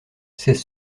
ses